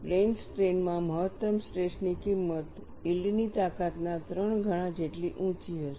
plane strain માં મહત્તમ stress ની કિમત યીલ્ડની તાકાતના 3 ગણા જેટલી ઊંચી હશે